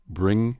bring